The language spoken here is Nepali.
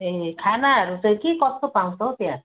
ए खानाहरू चाहिँ के कस्तो पाउँछ हो त्यहाँ